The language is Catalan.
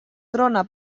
trona